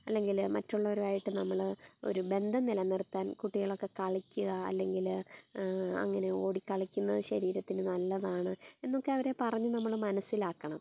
അല്ലെങ്കിൽ മറ്റുള്ളവരുമാവായിട്ട് നമ്മൾ ഒരു ബന്ധം നില നിർത്താൻ കുട്ടികളൊക്കെ കളിക്കുക അല്ലെങ്കിൽ അങ്ങനെ ഓടി കളിക്കുന്നത് ശരീരത്തിന് നല്ലതാണ് എന്നൊക്കെ അവരെ പറഞ്ഞ് നമ്മൾ മനസ്സിലാക്കണം